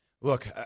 look